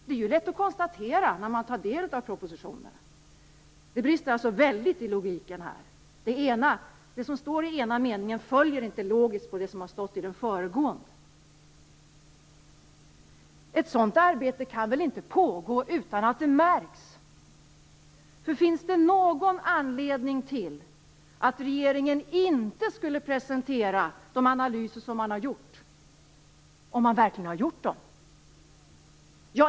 Det är ju lätt att konstatera när man tar del av propositionerna. Det brister alltså väldigt i logiken här. Det som står i den ena meningen följer inte logiskt på det som har stått i den föregående. Ett sådant här arbete kan väl inte pågå utan att det märks? Finns det någon anledning att regeringen inte skulle presentera de analyser som man har gjort om man verkligen har gjort dem?